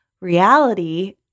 reality